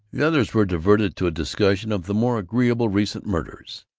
the others were diverted to a discussion of the more agreeable recent murders,